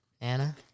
Anna